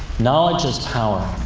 knowledge is power.